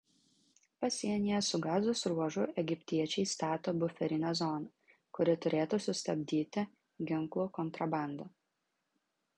pasienyje su gazos ruožu egiptiečiai stato buferinę zoną kuri turėtų sustabdyti ginklų kontrabandą